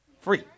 Free